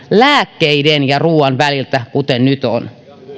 lääkkeiden ja ruuan väliltä kuten nyt on